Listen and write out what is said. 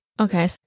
Okay